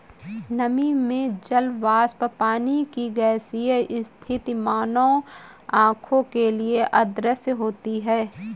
नमी में जल वाष्प पानी की गैसीय स्थिति मानव आंखों के लिए अदृश्य होती है